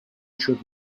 should